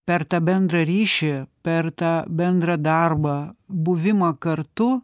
per tą bendrą ryšį per tą bendrą darbą buvimą kartu